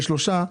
בשלושה.